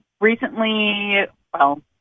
recently—well